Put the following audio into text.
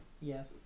yes